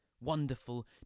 Wonderful